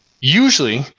Usually